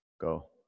Go